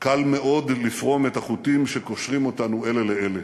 קל מאוד לפרום את החוטים שקושרים אותנו אלה לאלה.